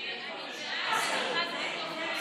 אני בעד, לחצתי בטעות נגד.